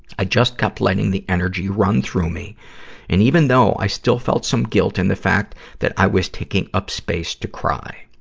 i just kept letting the energy run through me and even though i still felt some guilt in the fact that i was taking up space to cry.